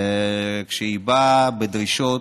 כשהיא באה בדרישות